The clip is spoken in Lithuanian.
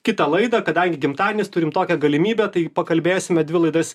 kitą laidą kadangi gimtadienis turim tokią galimybę tai pakalbėsime dvi laidas